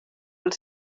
els